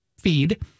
feed